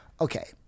okay